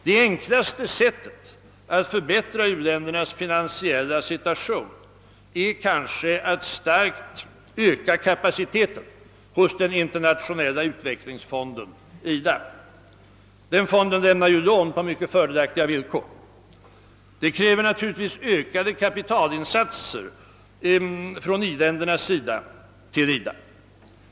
Det enklaste sättet att förbättra u-ländernas finansiella situation är kanske att starkt öka kapaciteten hos den internationella utvecklingsfonden IDA. Denna fond lämnar ju lån på mycket fördelaktiga villkor. Det kräver naturligtvis ökade kapitalinsatser från i-ländernas sida till IDA.